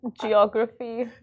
Geography